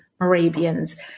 Morabian's